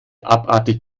abartig